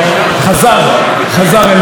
גם הוא היה בסיעת קדימה,